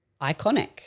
iconic